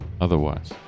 Otherwise